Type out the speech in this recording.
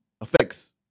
affects